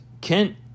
Kent